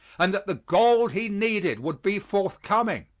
and that the gold he needed would be forthcoming.